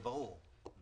זה ברור,